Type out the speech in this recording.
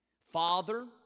Father